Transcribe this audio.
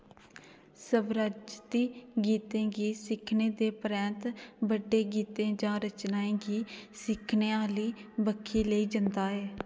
स्वराजती गीतें गी सिक्खने दे परैंत्त बड्डे गीतें जां रचनाएं गी सिक्खने आह्ली बक्खी लेई जंदा ऐ